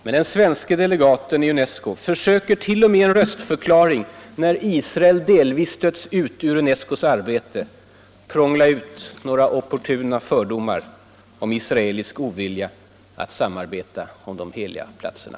Men den svenske delegaten i UNESCO försöker t.o.m. i en röstförklaring, när Israel delvis stötts ut ur UNESCO:s arbete, prångla ut några opportuna fördomar om israelisk ovilja att samarbeta om de heliga platserna.